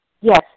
Yes